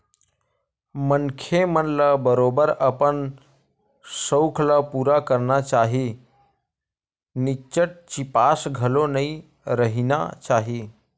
मनखे मन ल बरोबर अपन सउख ल पुरा करना चाही निच्चट चिपास घलो नइ रहिना चाही